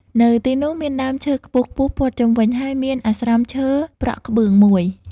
នៅទីនោះ មានដើមឈើខ្ពស់ៗព័ទ្ធជុំវិញ ហើយមានអាស្រមឈើប្រក់ក្បឿងមួយ។